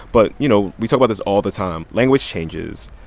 but, you know, we talk about this all the time language changes,